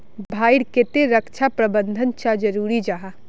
भाई ईर केते रक्षा प्रबंधन चाँ जरूरी जाहा?